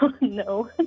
no